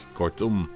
kortom